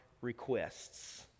requests